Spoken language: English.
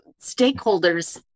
stakeholders